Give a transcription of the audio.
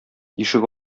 ишек